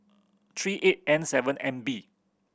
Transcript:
three eight N seven M B